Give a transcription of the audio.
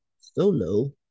solo